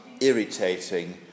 irritating